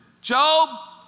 Job